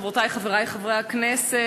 חברותי וחברי חברי הכנסת,